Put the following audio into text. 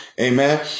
amen